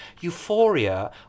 euphoria